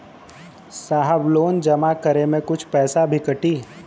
साहब लोन जमा करें में कुछ पैसा भी कटी?